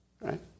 right